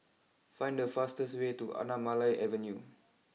find the fastest way to Anamalai Avenue